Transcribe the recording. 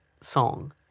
song